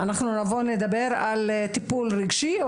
אנחנו נבוא נדבר על טיפול רגשי,